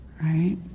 right